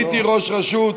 הייתי ראש רשות,